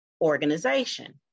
organization